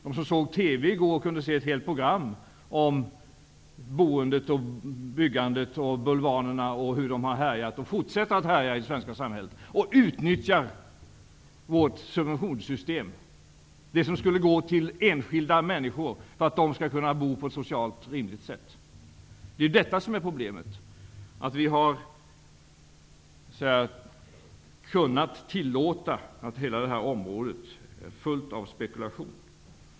TV visade i går kväll ett helt program om boende och byggande och om hur bulvanerna har härjat och fortsätter att härja i det svenska samhället. De har utnyttjat vårt subventionssystem, de subventioner som skulle möjliggöra för enskilda människor att bo på ett socialt rimligt sätt. Problemet är att vi har tillåtit att hela detta område har blivit fullt av spekulation.